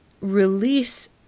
release